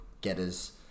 getters